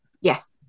Yes